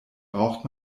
braucht